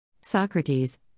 Socrates